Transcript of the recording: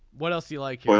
what else do you like. yeah